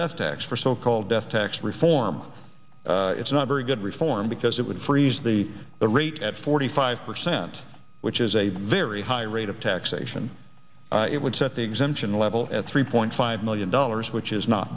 death tax for so called death tax reform it's not very good reform because it would freeze the rate at forty five percent which is a very high rate of taxation it would set the exemption level at three point five million dollars which is not